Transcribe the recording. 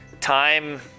time